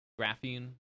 graphene